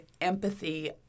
empathy